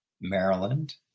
Maryland